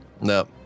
No